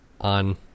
on